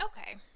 Okay